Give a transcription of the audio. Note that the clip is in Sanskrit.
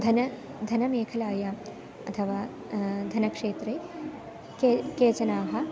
धनं धनमेखलायाम् अथवा धनक्षेत्रे के केचन